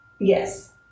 Yes